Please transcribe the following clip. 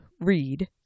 read